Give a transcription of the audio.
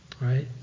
right